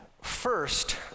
First